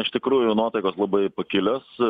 iš tikrųjų nuotaikos labai pakilios